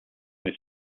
this